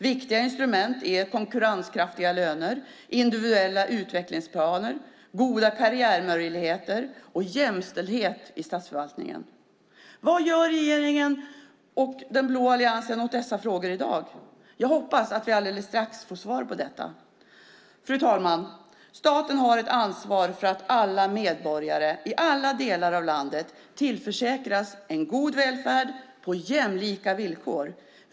Viktiga instrument är konkurrenskraftiga löner, individuella utvecklingsplaner, goda karriärmöjligheter och jämställdhet i statsförvaltningen. Vad gör regeringen och den blå alliansen åt dessa frågor i dag? Jag hoppas att vi alldeles strax får svar på detta. Fru talman! Staten har ett ansvar för att alla medborgare i alla delar av landet tillförsäkras en god välfärd på jämlika villkor.